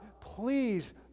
Please